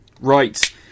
right